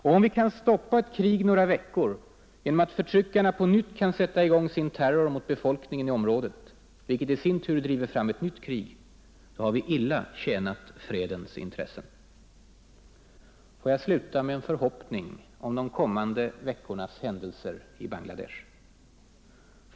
Och om vi kan stoppa ett krig några veckor genom att förtryckarna på nytt kan sätta i gång sin terror mot befolkningen i området, vilket i sin tur driver fram ett nytt krig, har vi illa tjänat fredens intressen. Får jag sluta med en förhoppning om de kommande veckornas händelser i Bangla Desh.